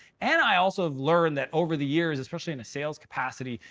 and i also have learned that over the years, especially in a sales capacity,